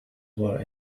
were